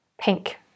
pink